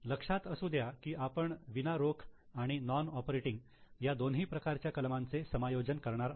लक्षात असू द्या की आपण विना रोख आणि नॉन ऑपरेटिंग या दोन्ही प्रकारच्या कलमांचे समायोजन करणार आहोत